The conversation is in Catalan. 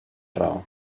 raó